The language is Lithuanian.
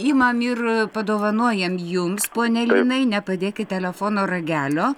imam ir padovanojam jums pone linai nepadėkit telefono ragelio